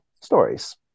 stories